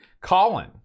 Colin